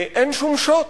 ואין שום שוט.